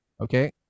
Okay